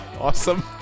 Awesome